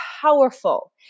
powerful